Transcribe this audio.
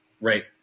Right